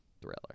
thriller